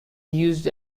used